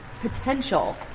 potential